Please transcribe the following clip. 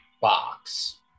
box